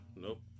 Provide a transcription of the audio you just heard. Nope